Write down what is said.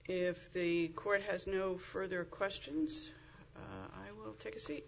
if the court has no further questions i will take a seat